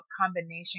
combination